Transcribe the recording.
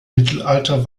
mittelalter